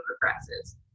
progresses